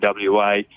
WA